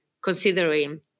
Considering